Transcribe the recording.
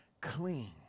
clean